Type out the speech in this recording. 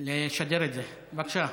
לשדר את זה, בבקשה.